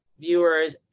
viewers